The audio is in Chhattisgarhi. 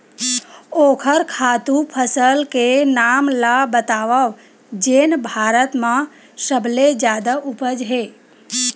ओखर खातु फसल के नाम ला बतावव जेन भारत मा सबले जादा उपज?